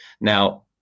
Now